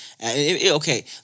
Okay